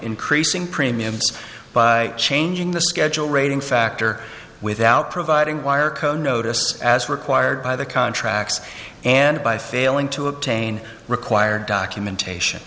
increasing premiums by changing the schedule rating factor without providing wire co notice as required by the contracts and by failing to obtain required documentation